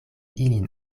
ilin